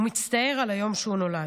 הוא מצטער על היום שהוא נולד.